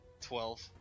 Twelve